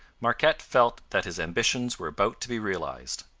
marquette felt that his ambitions were about to be realized.